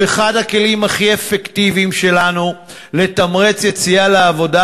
הוא אחד הכלים הכי אפקטיביים שלנו לתמרוץ יציאה לעבודה